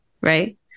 right